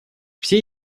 все